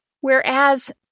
Whereas